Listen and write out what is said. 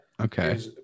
Okay